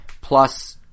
plus